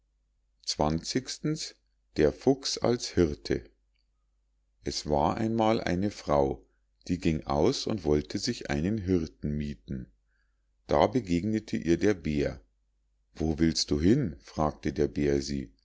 der fuchs als hirte es war einmal eine frau die ging aus und wollte sich einen hirten miethen da begegnete ihr der bär wo willst du hin fragte der bär